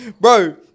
Bro